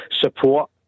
support